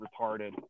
retarded